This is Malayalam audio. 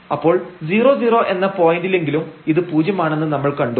അപ്പോൾ 00 എന്ന പോയന്റിലെങ്കിലും ഇത് പൂജ്യം ആണെന്ന് നമ്മൾ കണ്ടു